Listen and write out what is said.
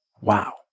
Wow